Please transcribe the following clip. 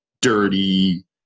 dirty